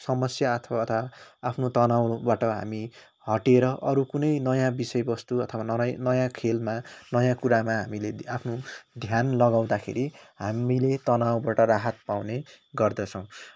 अथवा आफ्नो तनावहरूबाट हामी हटेर अरू कुनै नयाँ विषय वस्तु अथवा नयाँ नयाँ खेलमा नयाँ कुरामा हामीले आफ्नो ध्यान लगाउँदाखेरि हामीले तनावबाट राहत पाउने गर्दछौँ